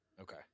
Okay